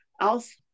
else